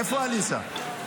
עליזה,